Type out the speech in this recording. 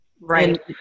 Right